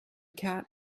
cat